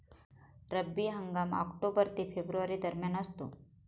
रब्बी हंगाम ऑक्टोबर ते फेब्रुवारी दरम्यान असतो